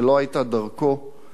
שלא היה מהלב,